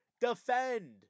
Defend